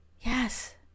yes